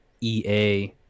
ea